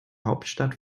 hauptstadt